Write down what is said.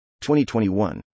2021